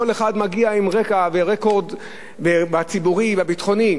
כל אחד מגיע עם רקע ורקורד ציבורי וביטחוני,